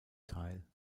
teil